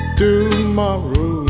tomorrow